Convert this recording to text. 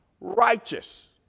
Righteous